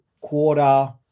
quarter-